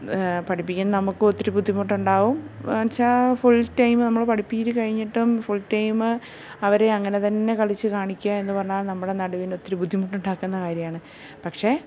പഠിപ്പിക്കുന്ന നമുക്കും ഒത്തിരി ബുദ്ധിമുട്ടുണ്ടാവും എന്നുവെച്ചാൽ ഫുൾടൈമ് നമ്മൾ പഠിപ്പീര് കഴിഞ്ഞിട്ടും ഫുൾടൈമ് അവരെ അങ്ങനെ തന്നെ കളിച്ച് കാണിക്കുക എന്ന് പറഞ്ഞാൽ നമ്മള നടുവിനൊത്തിരി ബുദ്ധിമുട്ടുണ്ടാക്കുന്ന കാര്യമാണ് പക്ഷെ